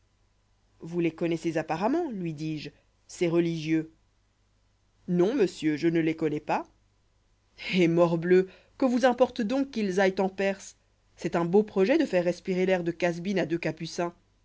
vous les connoissez apparemment lui dis-je ces religieux non monsieur je ne les connois pas eh morbleu que vous importe donc qu'ils aillent en perse c'est un beau projet de faire respirer l'air de casbin à deux capucins